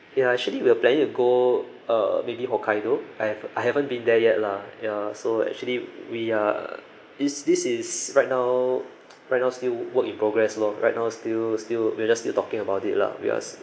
ya actually we were planning to go uh maybe hokkaido I've I haven't been there yet lah ya so actually we are is this is right now right now still work in progress lor right now still still we're just still talking about it lah we are